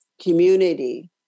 community